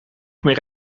meer